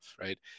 right